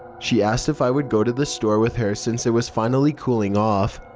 she asked if i would go to the store with her since it was finally cooling off,